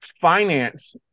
finance